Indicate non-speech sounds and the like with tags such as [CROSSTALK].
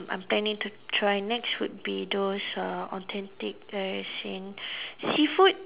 I'm planning to try next would be those uh authentic as in [BREATH] seafood